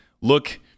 look